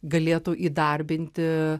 galėtų įdarbinti